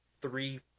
three